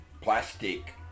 plastic